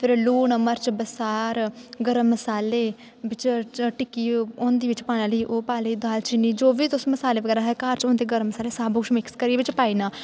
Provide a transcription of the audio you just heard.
फ्ही लून मर्च बसार गर्म मसाले बिच्च चाहे टिक्की होए होंदी बिच्च पाने आह्ली ओह् पाली दाल चीनी जो बी घर च होंदे गर्म मसाले सब कुछ मिक्स करियै बिच्च पाई औड़ना